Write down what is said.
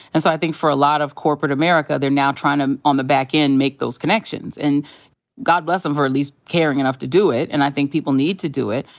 and so i think for a lot of corporate america, they're now trying to on the back end make those connections. and god bless em for at least caring enough to do it, and i think people need to do it.